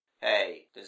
Hey